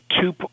two